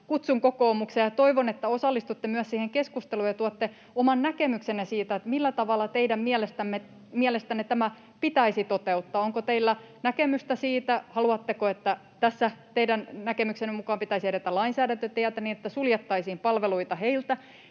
kutsun kokoomuksen ja toivon, että osallistutte myös siihen keskusteluun ja tuotte oman näkemyksenne siitä, millä tavalla teidän mielestänne tämä pitäisi toteuttaa. Onko teillä näkemystä siitä, haluatteko, että tässä teidän näkemyksenne mukaan pitäisi edetä lainsäädäntötietä niin, että suljettaisiin palveluita heiltä,